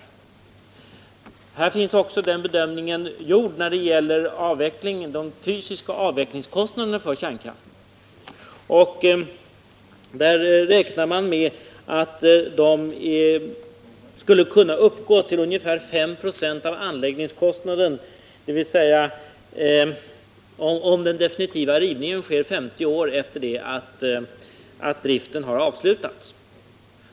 Vidare redovisas också en bedömning av de fysiska avvecklingskostnaderna för kärnkraften. Man räknar med att de skulle kunna uppgå till ungefär 5 96 av anläggningskostnaden, om den definitiva rivningen sker 50 år efter det att driften har avslutats.